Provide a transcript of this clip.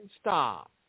Stop